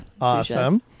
Awesome